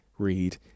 read